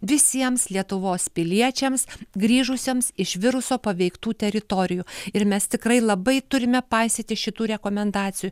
visiems lietuvos piliečiams grįžusiems iš viruso paveiktų teritorijų ir mes tikrai labai turime paisyti šitų rekomendacijų